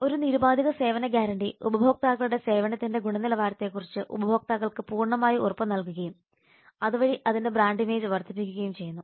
ഒരു നിരുപാധിക സേവന ഗ്യാരണ്ടി ഉപഭോക്താക്കളുടെ സേവനത്തിന്റെ ഗുണനിലവാരത്തെക്കുറിച്ച് ഉപഭോക്താക്കൾക്ക് പൂർണ്ണമായി ഉറപ്പുനൽകുകയും അതുവഴി അതിന്റെ ബ്രാൻഡ് ഇമേജ് വർദ്ധിപ്പിക്കുകയും ചെയ്യുന്നു